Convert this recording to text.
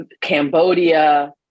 Cambodia